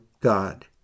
God